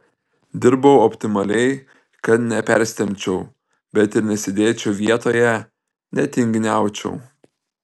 dirbau optimaliai kad nepersitempčiau bet ir nesėdėčiau vietoje netinginiaučiau